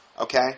okay